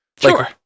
Sure